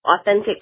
authentic